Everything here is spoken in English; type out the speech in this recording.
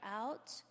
out